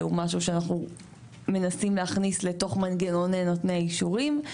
הוא משהו שאנחנו מנסים להכניס לתוך מנגנוני נותני האישורים.